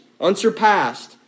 Unsurpassed